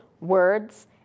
words